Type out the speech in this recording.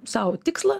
sau tikslą